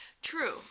True